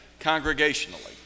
congregationally